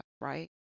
right